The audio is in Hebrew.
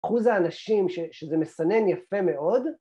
אחוז אנשים שזה מסנן יפה מאוד.